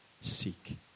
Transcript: seek